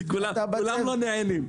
כולם לא נהנים.